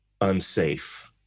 unsafe